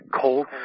Cold